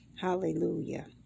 Hallelujah